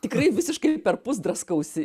tikrai visiškai perpus draskausi